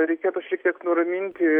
reikėtų šiek tiek nuraminti